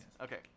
Okay